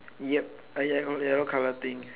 yup a ya yellow colour thing